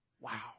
Wow